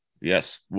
yes